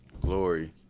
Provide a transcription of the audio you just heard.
glory